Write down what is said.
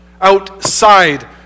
outside